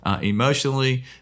emotionally